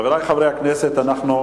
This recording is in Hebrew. חברי חברי הכנסת, אנחנו